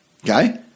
Okay